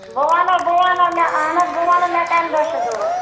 بہٕ وَنہو بہٕ وَنہو اَہَن حظ بہٕ وَنہو مےٚ کَمہِ دۄہ چھُ ضروٗرت